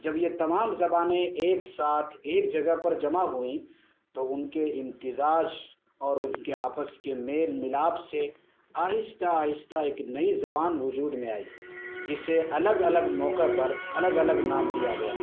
جب یہ تمام زبانیں ایک ساتھ ایک جگہ پر جمع ہوئیں تو ان کے امتزاج اور ان کے آپس کے میل ملاپ سے آہستہ آہستہ ایک نئی زبان وجود میں آئی جسے الگ الگ موقع پر الگ الگ نام دیا گیا